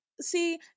see